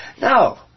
No